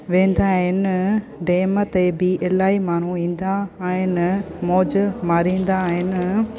वेंदा आहिनि डेम ते बि इलाही माण्हू ईंदा आहिनि मौज मारींदा आहिनि